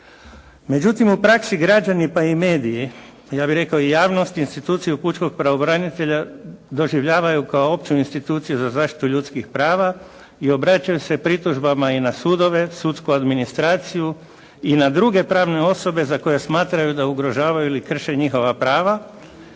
Međutim u praksi građani pa i mediji ja bih rekao i javnost, instituciju pučkog pravobranitelja doživljavaju kao opću instituciju za zaštitu ljudskih prava i obraćam se pritužbama i na sudove, sudsku administraciju i na druge pravne osobe za koje smatraju da ugrožavaju ili krše njihova prava